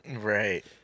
Right